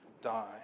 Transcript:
die